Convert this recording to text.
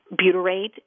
butyrate